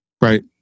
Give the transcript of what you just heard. Right